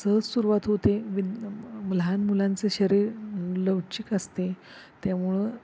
सहज सुरवात होते वि लहान मुलांचे शरीर लवचिक असते त्यामुळं